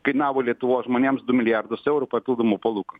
kainavo lietuvos žmonėms du milijardus eurų papildomų palūkanų